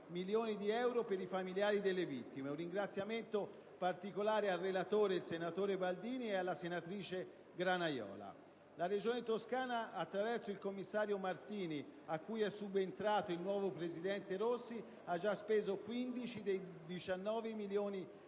milioni di euro per i familiari delle vittime. Un ringraziamento particolare va al relatore, il senatore Baldini, e alla senatrice Granaiola La Regione Toscana, attraverso il commissario Martini, a cui è subentrato il nuovo presidente Enrico Rossi, ha già speso 15 dei 19 milioni di euro